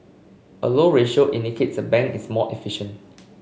a low ratio indicates a bank is more efficient